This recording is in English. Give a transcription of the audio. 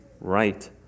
right